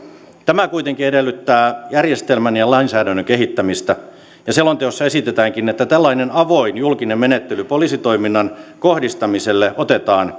tämä kuitenkin edellyttää järjestelmän ja lainsäädännön kehittämistä ja selonteossa esitetäänkin että tällainen avoin julkinen menettely poliisitoiminnan kohdistamiselle otetaan